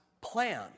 plan